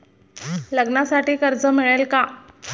लग्नासाठी कर्ज मिळेल का?